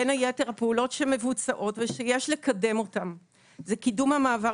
בין היתר הפעולות שמבוצעות ושיש לקדם אותם זה קידום המעבר